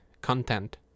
content